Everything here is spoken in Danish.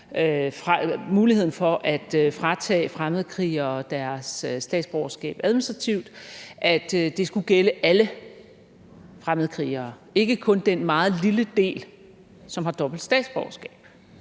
muligheden for at fratage fremmedkrigere deres statsborgerskab administrativt skulle gælde alle fremmedkrigere og ikke kun den meget lille del, som har dobbelt statsborgerskab.